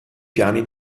piani